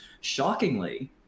shockingly